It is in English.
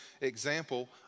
example